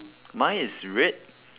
mine is red